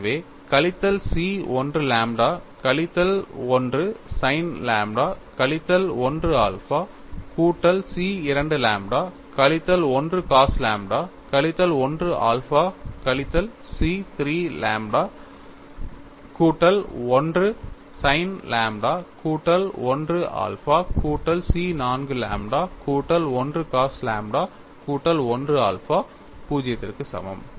எனவே கழித்தல் C 1 lambda கழித்தல் 1 sin லாம்ப்டா கழித்தல் 1 ஆல்பா கூட்டல் C 2 லாம்ப்டா கழித்தல் 1 cos லாம்ப்டா கழித்தல் 1 ஆல்பா கழித்தல் C 3 லாம்ப்டா கூட்டல் 1 sin லாம்ப்டா கூட்டல் 1 ஆல்பா கூட்டல் C 4 லாம்ப்டா கூட்டல் 1 cos லாம்ப்டா கூட்டல் 1 ஆல்பா 0 க்கு சமம்